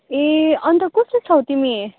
ए अन्त कस्तो छौ तिमी